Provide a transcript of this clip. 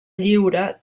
lliure